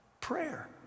Prayer